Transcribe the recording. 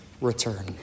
return